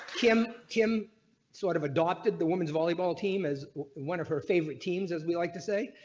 him him sort of adopted the women's volleyball team as one of her favorite teams as we like to say,